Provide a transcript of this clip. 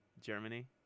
Germany